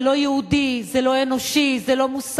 זה לא יהודי, זה לא אנושי, זה לא מוסרי.